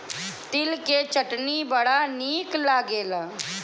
तिल के चटनी बड़ा निक लागेला